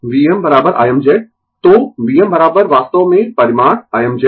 तो Vm वास्तव में परिमाण Im Z